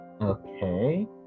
Okay